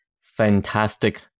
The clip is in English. fantastic